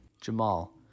Jamal